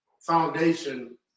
foundation